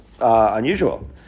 unusual